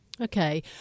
Okay